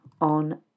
on